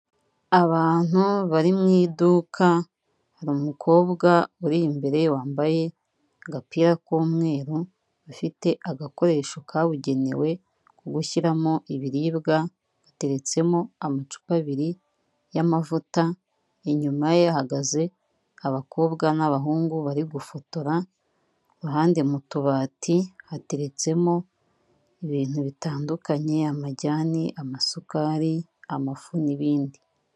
Abantu bari mu iduka, hari umukobwa uri imbere wambaye agapira k'umweru, afite agakoresho kabugenewe ko gushyiramo ibiribwa, hateretsemo amacupa abiri y'amavuta, inyuma ye hagaze abakobwa n'abahungu bari gufotora, ku ruhande mu tubati hateretsemo ibintu bitandukanye, amajyane, amasukari, amafu n'ibindi.